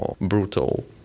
brutal